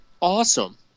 awesome